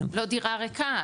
לא דירה ריקה,